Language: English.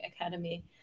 academy